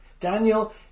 Daniel